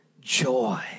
Joy